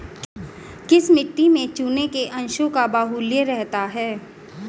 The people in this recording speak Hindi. किस मिट्टी में चूने के अंशों का बाहुल्य रहता है?